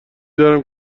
دارم